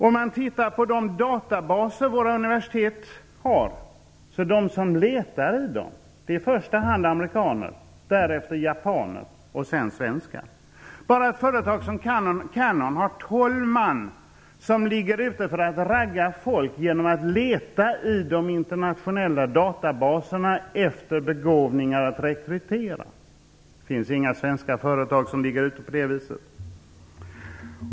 De som letar i de databaser våra universitet har är i första hand amerikaner, därefter japaner och sedan svenskar. Bara ett företag som Canon har 12 man ute för att ragga folk genom att leta i de internationella databaserna efter begåvningar att rekrytera. Det finns inga svenska företag som är ute på det viset.